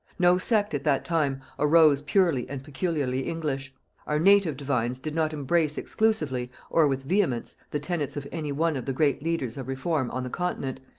no sect at that time arose purely and peculiarly english our native divines did not embrace exclusively, or with vehemence, the tenets of any one of the great leaders of reform on the continent,